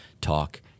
Talk